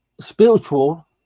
spiritual